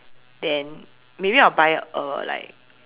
then maybe I'll buy uh like